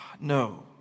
no